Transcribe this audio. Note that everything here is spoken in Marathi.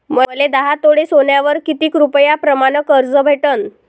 मले दहा तोळे सोन्यावर कितीक रुपया प्रमाण कर्ज भेटन?